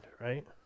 right